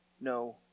no